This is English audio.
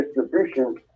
Distribution